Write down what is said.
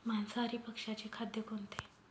मांसाहारी पक्ष्याचे खाद्य कोणते?